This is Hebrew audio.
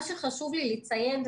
חשוב לי לציין,